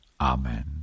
Amen